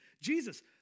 Jesus